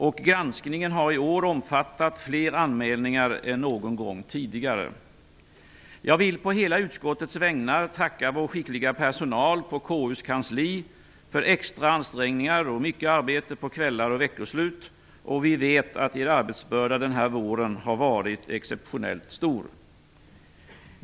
Och granskningen har i år omfattat fler anmälningar än någon gång tidigare. Jag vill på hela utskottets vägnar tacka vår skickliga personal på KU:s kansli för extra ansträngningar och mycket arbete på kvällar och veckoslut. Vi vet att er arbetsbörda den här våren har varit exceptionellt stor.